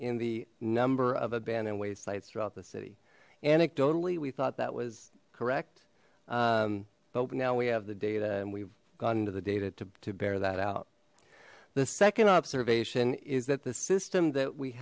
in the number of abandoned waste sites throughout the city anecdotally we thought that was correct bope now we have the data and we've gone into the data to bear that out the second observation is that the system that we